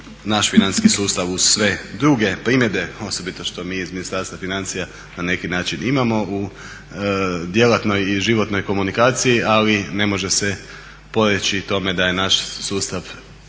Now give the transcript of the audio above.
naš financijski sustav uz sve druge primjedbe osobito što mi iz Ministarstva financija na neki način imamo u djelatnoj i životnoj komunikaciji ali ne može se poreći tome da je naš sustav